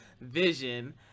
vision